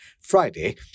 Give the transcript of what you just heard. Friday